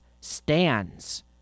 stands